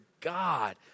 God